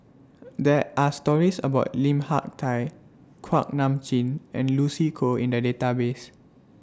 There Are stories about Lim Hak Tai Kuak Nam Jin and Lucy Koh in The Database